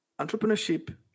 Entrepreneurship